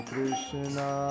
Krishna